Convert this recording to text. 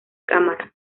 cámara